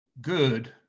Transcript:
good